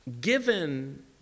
given